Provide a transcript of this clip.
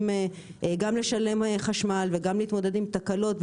גם לשלם חשמל וגם להתמודד עם תקלות,